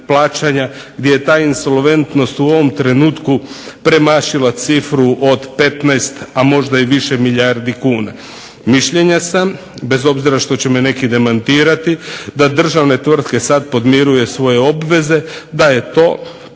gdje je ta insolventnost u ovom trenutku premašila cifru od 15, a možda i više milijardi kuna? Mišljenja sam bez obzira što će me neki demantirati da državne tvrtke sada podmiruju svoje obveze da je to